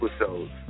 episodes